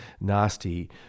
nasty